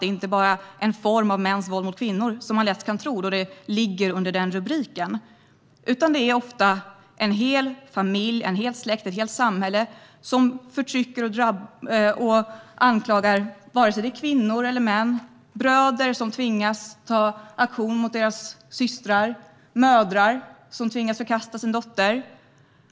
Det är inte bara mäns våld mot kvinnor, som man lätt kan tro då det ligger under den rubriken, utan det är ofta en hel familj, en hel släkt eller ett helt samhälle som förtrycker och anklagar kvinnor eller män. Bröder tvingas agera mot sina systrar. Mödrar tvingas förkasta sina döttrar.